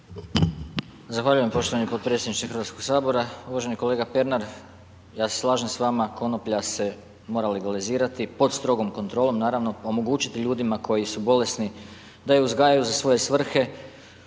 Zahvaljujem poštovani potpredsjedniče Hrvatskog sabora. Uvaženi kolega Pernar, ja se slažem s vama, konoplja se mora legalizirati pod strogom kontrolom naravno, omogućit ljudima koji su bolesni da ju uzgajaju za svoje svrhe